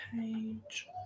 page